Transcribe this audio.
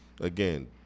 Again